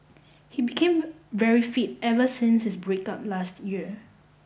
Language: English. he became very fit ever since his breakup last year